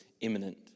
imminent